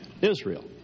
Israel